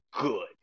good